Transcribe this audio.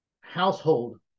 household